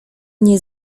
nie